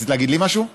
רצית להגיד לי משהו?